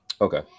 Okay